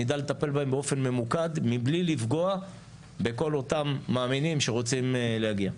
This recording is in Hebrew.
נדע לטפל בהם באופן ממוקד מבלי לפגוע בכל אותם מאמינים שרוצים להגיע.